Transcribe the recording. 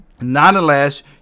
nonetheless